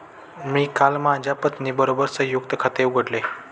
मी काल माझ्या पत्नीबरोबर संयुक्त खाते उघडले